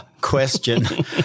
question